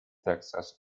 texas